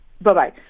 Bye-bye